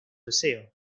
deseo